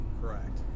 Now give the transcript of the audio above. Correct